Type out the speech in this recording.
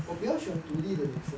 我比较喜欢独立的女生